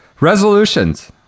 Resolutions